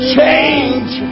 Change